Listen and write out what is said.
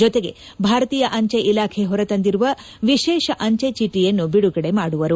ಜೊತೆಗೆ ಭಾರತೀಯ ಅಂಜೆ ಇಲಾಖೆ ಹೊರ ತಂದಿರುವ ವಿಶೇಷ ಅಂಜೆಚೀಟಿಯನ್ನು ಬಿಡುಗಡೆ ಮಾಡುವವರು